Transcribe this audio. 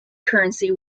currency